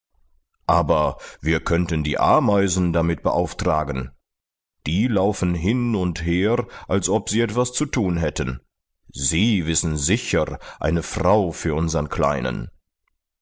aber wir könnten die ameisen damit beauftragen die laufen hin und her als ob sie etwas zu thun hätten sie wissen sicher eine frau für unsern kleinen